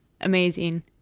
amazing